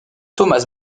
thomas